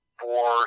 four